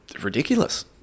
ridiculous